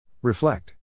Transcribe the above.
Reflect